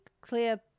clear